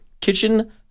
kitchen